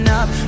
up